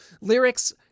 lyrics